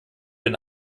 den